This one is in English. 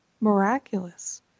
miraculous